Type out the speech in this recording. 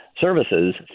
services